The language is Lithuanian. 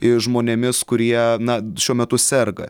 e žmonėmis kurie na šiuo metu serga